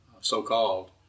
so-called